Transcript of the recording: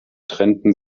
trennten